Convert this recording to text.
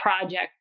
project